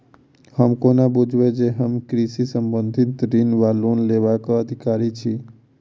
हम कोना बुझबै जे हम कृषि संबंधित ऋण वा लोन लेबाक अधिकारी छी?